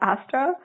Astra